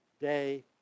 day